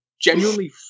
genuinely